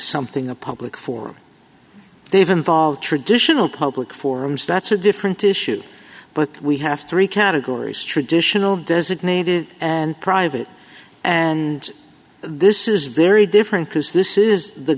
something a public forum they've involved traditional public forums that's a different issue but we have to re categories traditional designated and private and this is very different because this is the